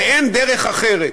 ואין דרך אחרת,